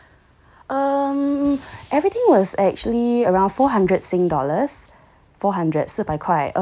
um everything was actually around four hundred Sing dollars